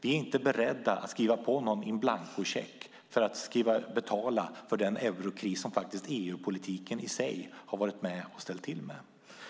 Vi är inte beredda att skriva på en in-blanco-check för att betala för den eurokris som EU-politiken har ställt till med.